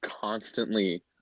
constantly